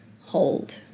hold